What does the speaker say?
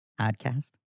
Podcast